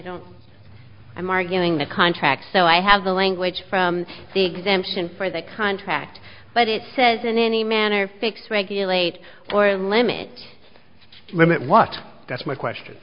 don't i'm arguing the contract so i have the language from the exemption for the contract but it says in any manner fix regulate or limit limit what that's my question